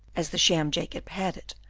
as the sham jacob had it,